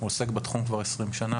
הוא עוסק בתחום כבר 20 שנה.